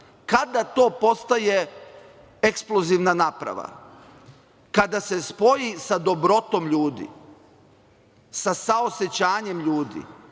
to postaje eksplozivna naprava? Kada se spoji sa dobrotom ljudi, sa saosećanjem ljudi.